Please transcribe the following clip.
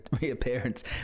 reappearance